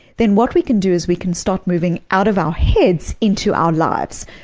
then what we can do is we can start moving out of our heads into our lives,